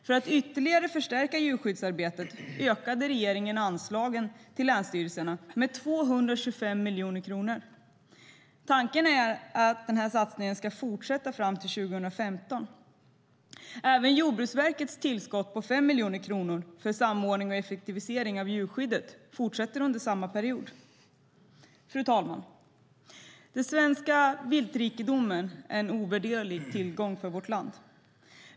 För att ytterligare förstärka djurskyddsarbetet ökade regeringen anslagen till länsstyrelserna med 225 miljoner kronor. Tanken är att den här satsningen ska fortsätta fram till 2015. Även Jordbruksverkets tillskott på 5 miljoner kronor för samordning och effektivisering av djurskyddet fortsätter under samma period. Fru talman! Den svenska viltrikedomen är en ovärderlig tillgång för vårt land.